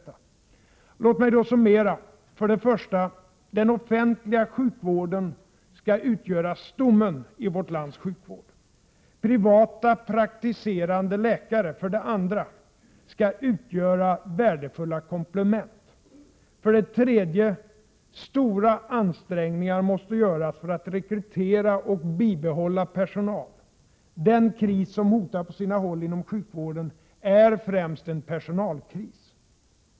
Låt mig summera. 1. Den offentliga sjukvården skall utgöra stommen i vårt lands sjukvård. 2. Privatpraktiserande läkare skall utgöra värdefulla komplement. 3. Stora ansträngningar måste göras för att rekrytera och bibehålla personal —- den kris som hotar på sina håll inom sjukvården är främst en personalkris.